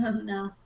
No